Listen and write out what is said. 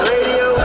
Radio